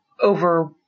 over